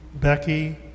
Becky